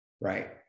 right